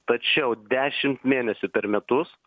tačiau dešimt mėnesių per metus